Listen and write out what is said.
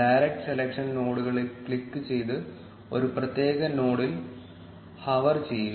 direct selection നോഡുകളിൽ click ചെയ്ത് ഒരു പ്രത്യേക നോഡിൽ ഹോവർ ചെയ്യുക